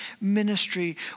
ministry